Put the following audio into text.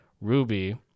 ruby